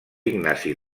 ignasi